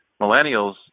millennials